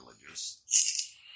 religious